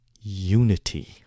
unity